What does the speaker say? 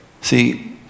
See